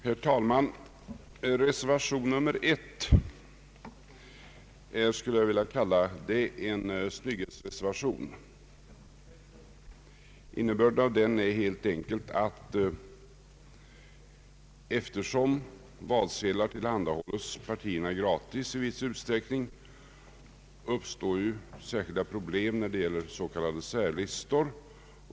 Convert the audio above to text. Herr talman! Reservation nr 1 skulle jag vilja kalla en snygghetsreservation. Innebörden av den är helt enkelt att eftersom valsedlar tillhandahålls partierna gratis i viss utsträckning uppstår särskilda problem när det gäller s.k. särlistor.